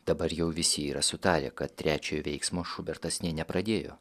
dabar jau visi yra sutarę kad trečiojo veiksmo šubertas nė nepradėjo